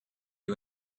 you